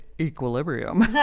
equilibrium